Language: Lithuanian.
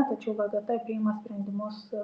tačiau vgt priima sprendimus